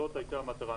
זאת הייתה המטרה.